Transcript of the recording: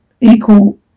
equal